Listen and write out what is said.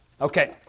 Okay